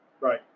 Right